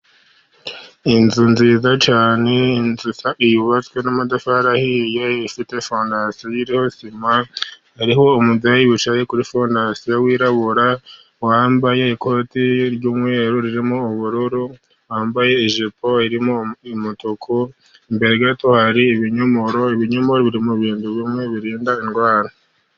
Inzu nziza cyane inzu yubatswe n'amatafari, ifite fondasiyo, hariho umudamu wicaye kuri phone wirabura wambaye ikoti ry'umweru ririmo ubururu, wambaye ijipo irimo umutuku imbere gato hari ibinyomoro, ibinyomoro biri mu bintu bimwe birinda indwara.